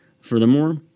Furthermore